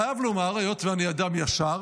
היות שאני אדם ישר,